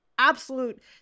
absolute